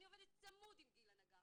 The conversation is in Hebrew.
אני עובדת צמוד עם גילה נגר